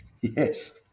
Yes